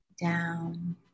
down